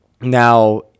now